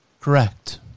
correct